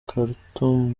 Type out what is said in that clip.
khartoum